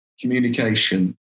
communication